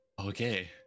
Okay